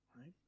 right